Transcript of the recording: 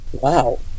Wow